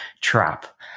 trap